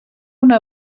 una